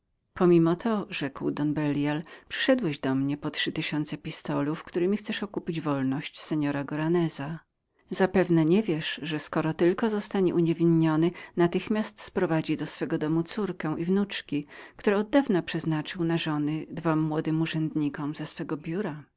pomimo to rzekł don belial przyszedłeś do mnie po trzy tysiące pistolów któremi chcesz okupić wolność seora goraneza zapewne nie wiesz że skoro tylko ten zostanie uniewinnionym natychmiast sprowadzi do swego domu córkę i wnuczki i że oddawna przeznaczył obie w małżeństwo dwom młodym urzędnikom z jego biura